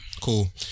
Cool